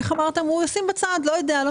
הוא ישים בצד וכפי שאמרתם,